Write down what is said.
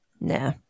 Nah